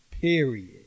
Period